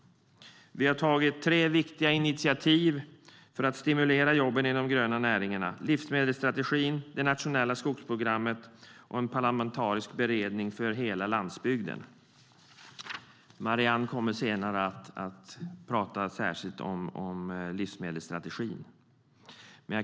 Vi har tagit tre viktiga initiativ för stimulera jobben i de gröna näringarna: livsmedelsstrategin, det nationella skogsprogrammet och en parlamentarisk beredning för hela landsbygden. Marianne kommer senare att ta upp livsmedelsstrategin särskilt.